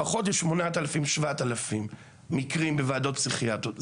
לפחות ל-7,000-8,000 מקרים בוועדות פסיכיאטריות.